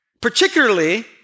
Particularly